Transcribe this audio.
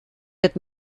wird